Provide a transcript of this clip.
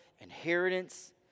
Inheritance